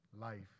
life